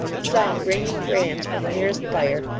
some bringing brands from the nearest fire,